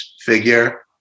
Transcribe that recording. figure